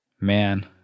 man